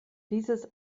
dieses